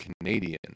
Canadian